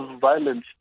violence